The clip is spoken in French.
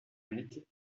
mètres